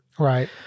Right